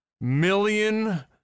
million